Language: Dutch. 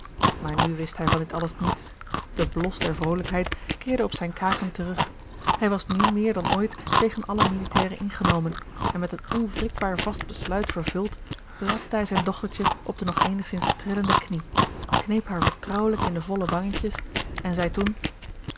maar nu wist hij van dit alles niets de blos der vrolijkheid keerde op zijne kaken terug hij was nu meer dan ooit tegen alle militairen ingenomen en met een onwrikbaar vast besluit vervuld plaatste hij zijn dochtertje op de nog eenigzins trillende knie kneep haar vertrouwelijk in de volle wangetjes en zeî toen